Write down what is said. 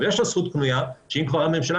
אבל יש לו זכות קנויה שאם כבר הממשלה